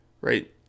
right